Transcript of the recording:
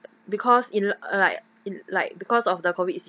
because in like in like because of the COVID s~